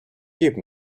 give